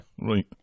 Right